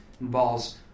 involves